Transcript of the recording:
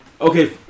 Okay